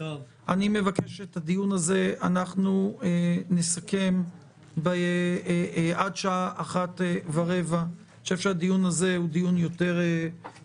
אני מבקש שאת הדיון הזה נסכם עד השעה 13:15. אני חושב שהדיון הזה הוא דיון יותר מקצועי,